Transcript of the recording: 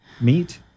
meat